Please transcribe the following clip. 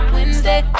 Wednesday